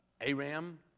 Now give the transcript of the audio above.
Aram